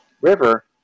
River